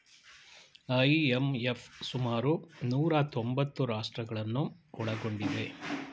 IMF ಸುಮಾರು ನೂರಾ ತೊಂಬತ್ತು ರಾಷ್ಟ್ರಗಳನ್ನು ಒಳಗೊಂಡಿದೆ